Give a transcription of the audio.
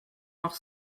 noch